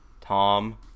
Tom